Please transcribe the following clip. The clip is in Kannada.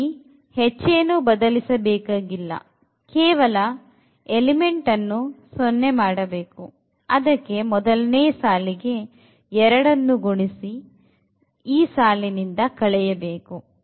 ಇಲ್ಲಿ ಹೆಚ್ಚೇನು ಬದಲಾಯಿಸಬೇಕು ಇಲ್ಲ ಕೇವಲ ಎಲಿಮೆಂಟ್ ಅನ್ನು0 ಮಾಡಬೇಕು ಅದಕ್ಕೆ ಮೊದಲನೇ ಸಾಲಿಗೆ 2 ಅನ್ನು ಗುಣಿಸಿ ಈ ಸಾಲಿನಿಂದ ಕಳೆಯಬೇಕು